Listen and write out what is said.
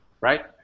right